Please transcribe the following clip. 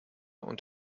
und